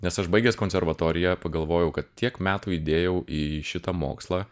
nes aš baigęs konservatoriją pagalvojau kad tiek metų įdėjau į šitą mokslą